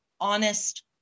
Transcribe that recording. honest